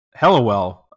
Hellowell